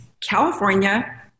California